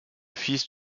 fils